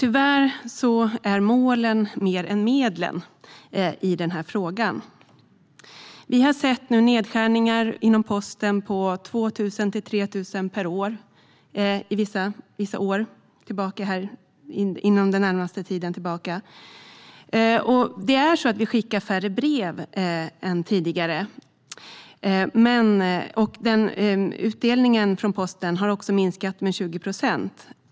Tyvärr betyder målen mer än medlen i denna fråga. Vi har sett nedskärningar inom posten på 2 000-3 000 per år vissa av de år som ligger närmast tillbaka i tiden. Vi skickar färre brev än tidigare, och utdelningen från posten har också minskat med 20 procent.